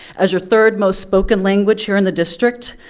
as your third most spoken language here in the district,